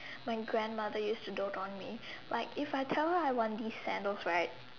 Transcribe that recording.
my grandmother used to dote on me like if I tell her I want these sandals right